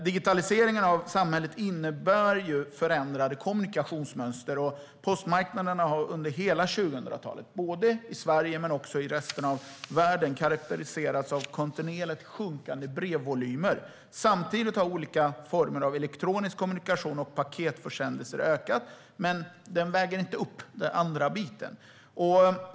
Digitaliseringen av samhället innebär ju förändrade kommunikationsmönster, och postmarknaden har under hela 2000-talet - både i Sverige och i resten av världen - karakteriserats av kontinuerligt sjunkande brevvolymer. Samtidigt har olika former av elektronisk kommunikation och paketförsändelser ökat, men det väger inte upp den andra biten.